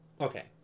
Okay